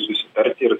susitarti ir